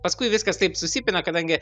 paskui viskas taip susipina kadangi